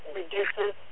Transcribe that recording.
reduces